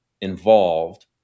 involved